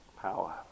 power